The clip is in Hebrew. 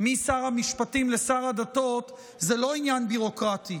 משר המשפטים לשר הדתות זה לא עניין ביורוקרטי.